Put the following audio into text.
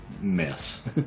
mess